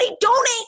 donate